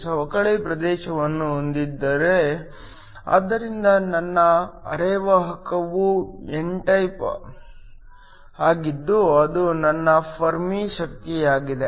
ಸವಕಳಿ ಪ್ರದೇಶವನ್ನು ಹೊಂದಿರಿ ಆದ್ದರಿಂದ ನನ್ನ ಅರೆವಾಹಕವು ಎನ್ ಟೈಪ್ ಆಗಿದ್ದು ಅದು ನನ್ನ ಫೆರ್ಮಿ ಶಕ್ತಿಯಾಗಿದೆ